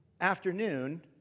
afternoon